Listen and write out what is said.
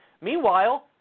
Meanwhile